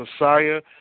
Messiah